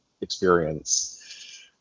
experience